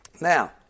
now